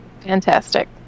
Fantastic